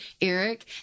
Eric